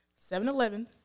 7-Eleven